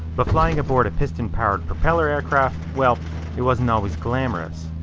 but flying aboard a piston powered propeller aircraft, well it wasn't always glamorous.